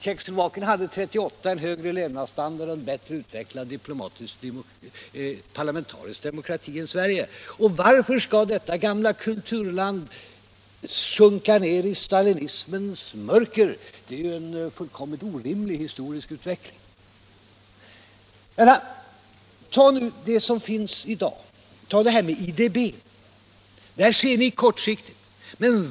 Tjeckoslovakien hade 1938 en högre levnadsstandard och en bättre utvecklad parlamentarisk demokrati än Sverige. Varför skall detta gamla kulturland sjunka ner i stalinismens mörker? Det är ju en fullkomligt orimlig historisk utveckling. Se på förhållandena i dag, t.ex. IDB! Där ser ni kortsiktigt.